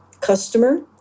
customer